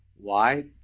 why?